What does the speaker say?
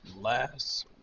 last